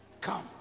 come